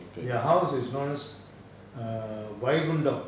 their house is known as err vaikundam